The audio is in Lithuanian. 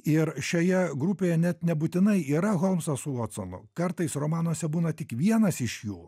ir šioje grupėje net nebūtinai yra holmsas su votsonu kartais romanuose būna tik vienas iš jų